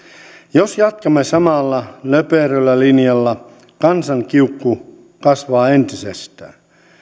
jos jatkamme samalla löperöllä linjalla kansan kiukku kasvaa entisestään